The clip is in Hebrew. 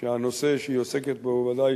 שהנושא שהיא עוסקת בו הוא ודאי